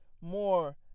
More